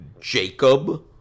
Jacob